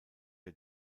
der